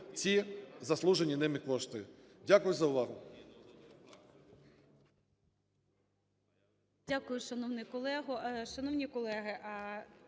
ці заслужені ними кошти. Дякую за увагу.